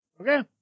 Okay